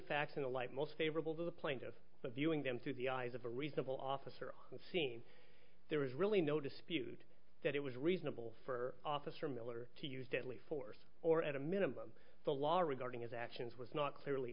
facts in the light most favorable to the plaintiff but viewing them through the eyes of a reasonable officer on the scene there was really no dispute that it was reasonable for officer miller to use deadly force or at a minimum the law regarding his actions was not clearly